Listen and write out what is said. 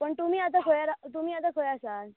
पण तुमी आतां खंय रा तुमी आतां खंय आसात